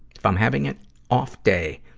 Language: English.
if i'm having an off day,